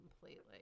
completely